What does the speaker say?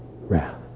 wrath